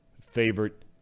favorite